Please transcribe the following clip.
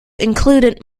included